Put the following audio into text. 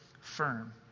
firm